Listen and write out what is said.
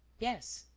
yes.